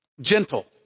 gentle